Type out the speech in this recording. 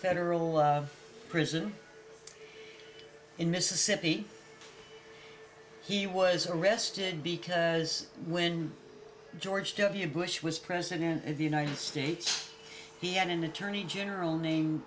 federal prison in mississippi he was arrested because when george w bush was president of united states he had an attorney general name